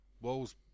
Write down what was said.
walls